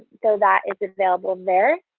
so that is available there.